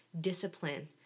discipline